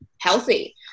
healthy